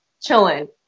chilling